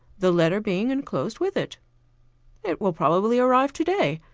the letter being enclosed with it it will probably arrive today,